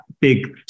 big